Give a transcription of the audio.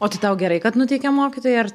o tai tau gerai kad nuteikia mokytojai ar